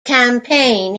campaign